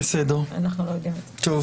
אנחנו לא יודעים את זה.